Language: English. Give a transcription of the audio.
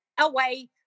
away